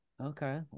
Okay